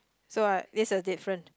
so I this a difference